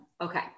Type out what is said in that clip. Okay